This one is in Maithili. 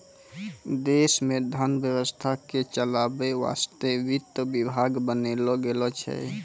देश मे धन व्यवस्था के चलावै वासतै वित्त विभाग बनैलो गेलो छै